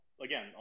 Again